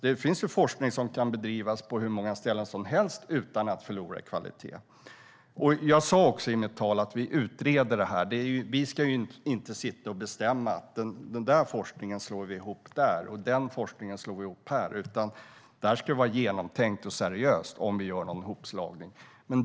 Det finns ju forskning som kan bedrivas på hur många ställen som helst utan att förlora i kvalitet. Jag sa också i mitt anförande att vi utreder det här. Vi ska inte sitta och bestämma att den forskningen slår vi ihop där, och den forskningen slår vi ihop här, utan det ska vara genomtänkt och seriöst om vi gör någon hopslagning.